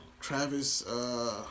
Travis